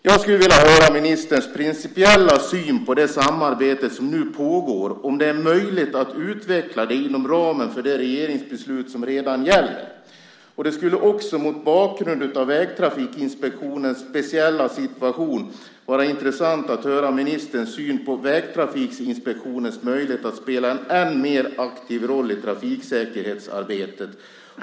Jag skulle vilja höra ministerns principiella syn på det samarbete som nu pågår och om det är möjligt att utveckla det inom ramen för det regeringsbeslut som redan gäller. Mot bakgrund av Vägtrafikinspektionens speciella situation skulle det också vara intressant att höra ministerns syn på Vägtrafikinspektionens möjlighet att spela en än mer aktiv roll i trafiksäkerhetsarbetet.